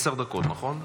עשר דקות נכון?